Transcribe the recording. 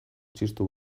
txistu